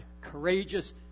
courageous